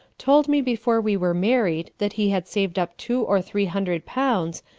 told me before we were married that he had saved up two or three hundred pounds,